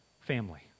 family